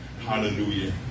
Hallelujah